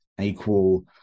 equal